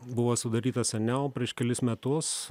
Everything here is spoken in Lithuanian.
buvo sudaryta seniau prieš kelis metus